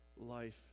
life